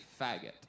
faggot